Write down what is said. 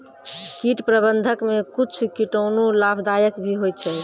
कीट प्रबंधक मे कुच्छ कीटाणु लाभदायक भी होय छै